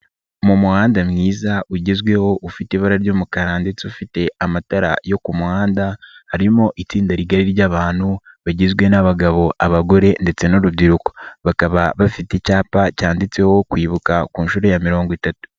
Mu muhanda mwiza ugezweho ufite ibara ry'umukara ndetse ufite amatara yo ku muhanda harimo itsinda rigari ry'abantu bagizwe n'abagabo, abagore ndetse n'urubyiruko. Bakaba bafite icyapa cyanditseho kwibuka ku nshuro ya mirongo itatu.